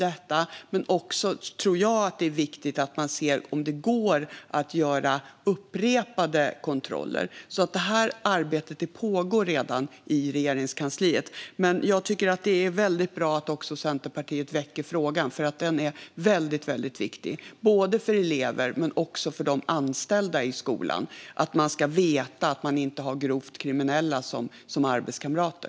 Jag tror också att det är viktigt att se om det går att göra upprepade kontroller. Arbetet pågår alltså redan i Regeringskansliet. Men jag tycker att det är bra att även Centerpartiet väcker frågan, för den är väldigt viktig för både elever och anställda i skolan. Man ska veta att man inte har grovt kriminella som arbetskamrater.